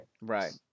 Right